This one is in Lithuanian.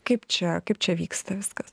kaip čia kaip čia vyksta viskas